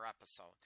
episode